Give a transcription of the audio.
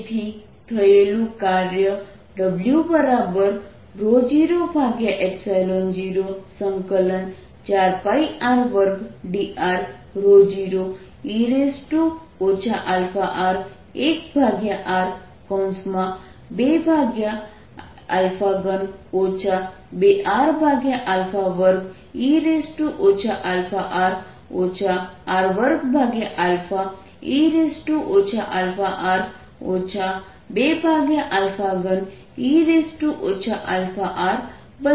તેથી થયેલું કાર્ય W004πr2dr0e αr1r23 2r2e αr r2e αr 23e αr બનશે